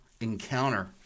encounter